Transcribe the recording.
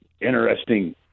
interesting